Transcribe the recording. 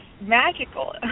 magical